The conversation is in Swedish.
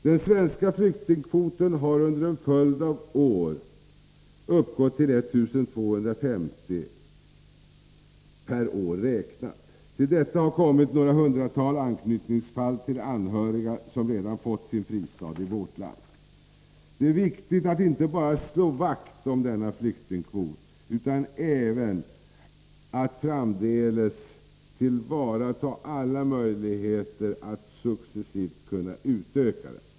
Den svenska flyktingkvoten har under en följd av år uppgått till 1 250 personer per år räknat. Till detta har kommit några hundratal anknytningsfall där anhöriga redan fått sin fristad i vårt land. Det är viktigt att inte bara slå vakt om denna flyktingkvot utan även att framdeles tillvarata alla möjligheter att successivt utöka den.